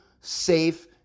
safe